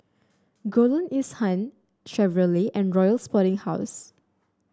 Golden East Han Chevrolet and Royal Sporting House